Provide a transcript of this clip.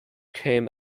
came